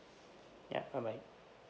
ya bye bye